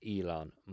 Elon